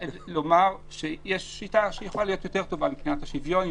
יש שיטה שיכולה להיות יותר טובה מבחינת השוויון,